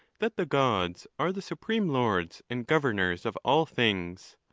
that the gods are the supreme lords and governors of all things,